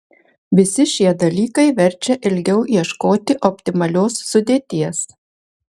visi šie dalykai verčia ilgiau ieškoti optimalios sudėties